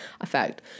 effect